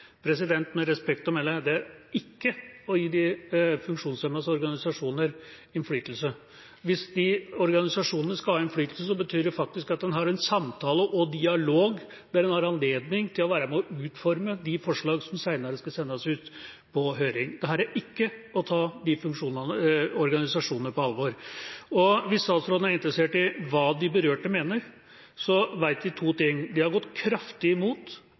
Med respekt å melde – det er ikke å gi de funksjonshemmedes organisasjoner innflytelse. Hvis disse organisasjonene skal ha innflytelse, betyr det faktisk at en har en samtale, en dialog, der en har anledning til å være med og utforme de forslag som senere skal sendes ut på høring. Dette er ikke å ta disse organisasjonene på alvor. Hvis statsråden er interessert i hva de berørte mener, vet vi to ting: De har gått kraftig imot